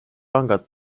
pangad